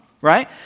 right